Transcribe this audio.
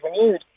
renewed